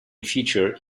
featured